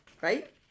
Right